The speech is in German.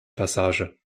passage